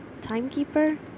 Timekeeper